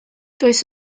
does